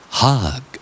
Hug